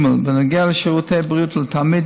בנוגע לשירותי בריאות לתלמיד,